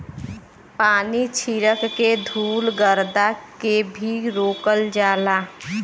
पानी छीरक के धुल गरदा के भी रोकल जाला